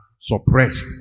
suppressed